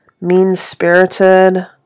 mean-spirited